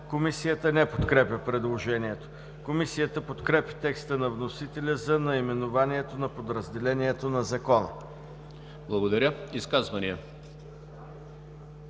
Комисията не подкрепя предложението. Комисията подкрепя текста на вносителя за наименованието на подразделението на Закона. ПРЕДСЕДАТЕЛ